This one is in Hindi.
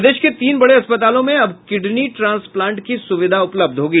प्रदेश के तीन बड़े अस्पतालों में अब किडनी ट्रांसप्लांट की सुविधा उपलब्ध होगी